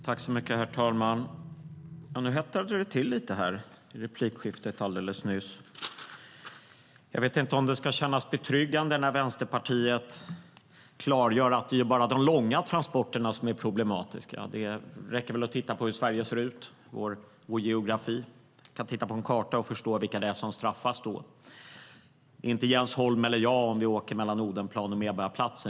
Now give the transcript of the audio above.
Herr talman! Nu hettade det till lite här i replikskiftet alldeles nyss. Jag vet inte om det ska kännas betryggande när Vänsterpartiet klargör att det bara är de långa transporterna som är problematiska. Det räcker att titta på hur Sverige ser ut och vår geografi. Man kan titta på en karta och förstå vilka det är som straffas. Det är inte Jens Holm eller jag om vi åker mellan Odenplan och Medborgarplatsen.